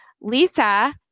Lisa